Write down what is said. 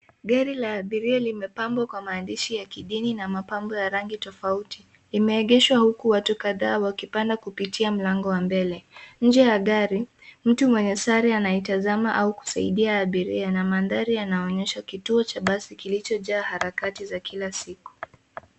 Gari la abiria limepambwa kwa maandishi ya kidini na mapambo ya rangi tofauti . Limeegeshwa huku watu kadhaa wakipanda kupitia mlango wa mbele. Nje ya gari, mtu mwenye sare anaitazama au kusaidia abiria, na mandhari yanaonyesha kituo cha basi kilichojaa harakati za kila siku.